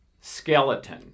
skeleton